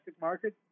market